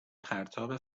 پرتاب